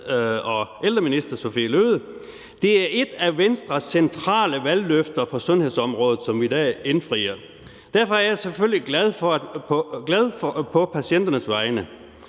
og ældreminister, Sophie Løhde: Det er et af Venstres centrale valgløfter på sundhedsområdet, som vi i dag indfrier. Derfor er jeg selvfølgelig glad på patienternes vegne.